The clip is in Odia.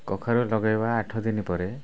କଖାରୁ ଲଗେଇବା ଆଠ ଦିନ ପରେ